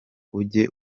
ujye